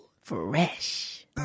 fresh